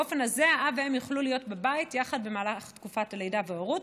באופן הזה האב והאם יוכלו להיות בבית יחד במהלך תקופת הלידה וההורות,